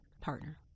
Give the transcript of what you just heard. partner